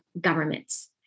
governments